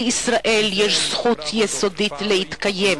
לישראל יש זכות יסודית להתקיים.